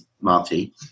Marty